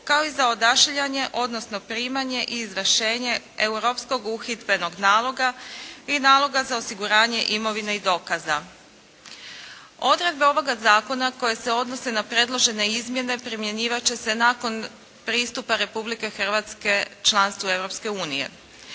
kao i za odašiljanje, odnosno primanje i izvršenje europskog uhidbenog naloga i naloga za osiguranje imovine i dokaza. Odredbe ovoga zakona koje se odnose na predložene izmjene primjenjivati će se nakon pristupa Republike Hrvatske članstvu